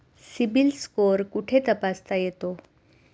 CIBIL score कुठे तपासता येतो?